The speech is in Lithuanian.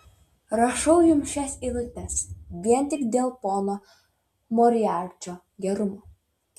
rašau jums šias eilutes vien tik dėl pono moriarčio gerumo